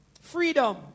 freedom